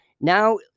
now